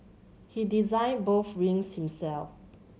he designed both rings himself